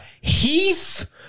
Heath